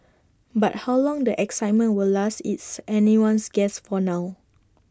but how long the excitement will last its anyone's guess for now